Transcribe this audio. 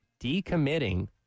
decommitting